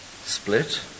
split